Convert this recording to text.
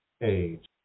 age